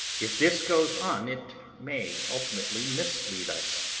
if this goes on it may ultimately mislead us.